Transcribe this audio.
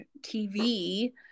TV